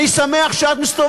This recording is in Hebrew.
אני שמח שלך יש תקווה.